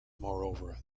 moreover